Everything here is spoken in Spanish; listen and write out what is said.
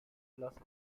los